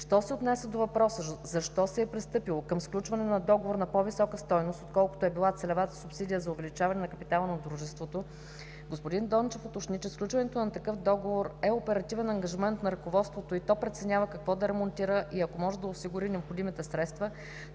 Що се отнася до въпроса защо се е пристъпило към сключване на договор на по-висока стойност, отколкото е била целевата субсидия за увеличаване на капитала на Дружеството, господин Дончев уточни, че сключването на такъв договор е оперативен ангажимент на ръководството и то преценява какво да ремонтира и ако може да осигури необходимите средства,